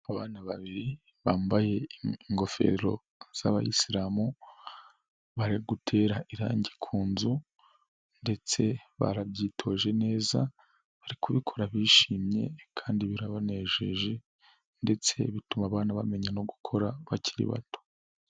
Abana babiri bambaye ingofero z'abayisilamu, bari gutera irangi ku nzu, ndetse barabyitoje neza, bari kubikora bishimye kandi bibanejeje, ndetse bituma abantu bamenya no gukora bakiri bato.